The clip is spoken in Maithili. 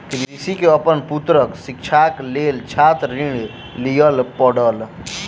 कृषक के अपन पुत्रक शिक्षाक लेल छात्र ऋण लिअ पड़ल